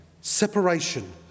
separation